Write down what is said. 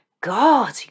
God